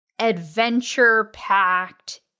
adventure-packed